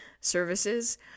services